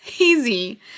easy